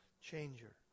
changer